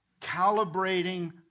calibrating